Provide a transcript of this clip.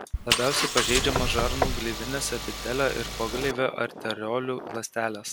labiausiai pažeidžiamos žarnų gleivinės epitelio ir pogleivio arteriolių ląstelės